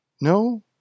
No